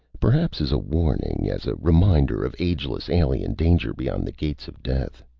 perhaps as a warning, as a reminder of ageless, alien danger beyond the gates of death?